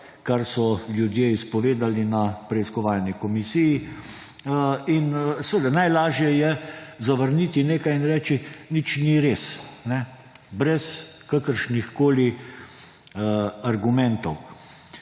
kar so ljudje izpovedali na preiskovalni komisiji. Seveda najlažje je zavrniti nekaj in reči, da nič ni res. Brez kakršnihkoli argumentov